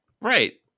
Right